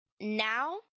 now